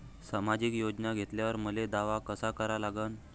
सामाजिक योजना घेतल्यावर मले दावा कसा करा लागन?